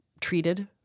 treated